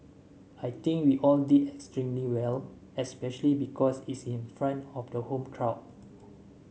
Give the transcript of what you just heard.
I think we all did extremely well especially because it's in front of the home crowd